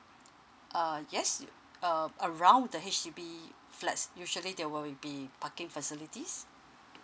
err yes err around the H_D_B flats usually there will be parking facilities